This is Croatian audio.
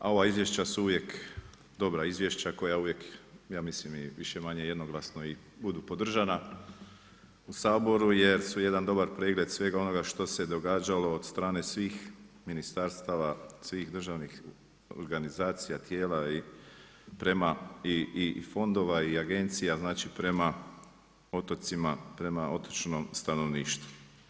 A ova izvješća su uvijek dobra izvješća koja uvijek ja mislim i više-manje jednoglasno i budu podržana u Saboru jer su jedan dobar pregled svega onoga što se događalo od strane svih ministarstava, svih državnih organizacija, tijela i fondova i agencija, znači prema otocima, prema otočnom stanovništvu.